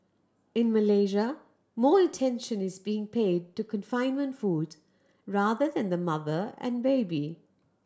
in Malaysia more attention is being paid to confinement food rather than the mother and baby